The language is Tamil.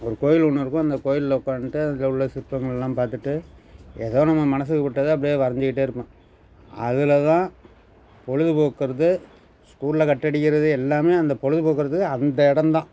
ஒரு கோயில் ஒன்று இருக்கும் அந்த கோயில்ல உக்காந்துட்டு அதில் உள்ள சிற்பங்கள்லாம் பார்த்துட்டு ஏதோ நம்ம மனசுக்கு பட்டதை அப்படே வரைஞ்சிக்கிட்டே இருப்பேன் அதில்தான் பொழுது போக்குறது ஸ்கூல்ல கட் அடிக்கிறது எல்லாமே அந்த பொழுதுபோக்குறதுக்கு அந்த இடந்தான்